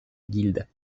guilde